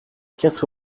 quatre